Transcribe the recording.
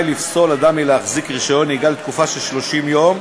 לפסול אדם מלהחזיק רישיון נהיגה לתקופה של 30 יום,